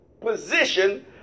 position